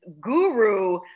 guru